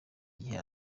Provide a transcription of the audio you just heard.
igihe